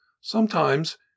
Sometimes